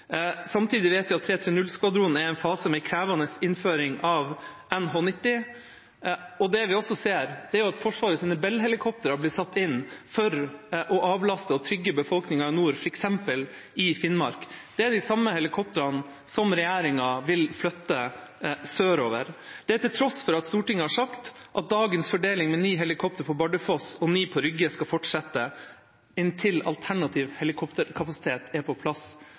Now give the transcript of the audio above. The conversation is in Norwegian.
Samtidig vet vi at 330-skvadronen er i en fase med krevende innføring av NH90, og det vi også ser, er at Forsvarets Bell-helikoptre har blitt satt inn for å avlaste og trygge befolkningen i nord, f.eks. i Finnmark. Det er de samme helikoptrene som regjeringa vil flytte sørover, til tross for at Stortinget har sagt at dagens fordeling med ni helikoptre på Bardufoss og ni på Rygge skal fortsette inntil alternativ helikopterkapasitet er på plass